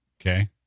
Okay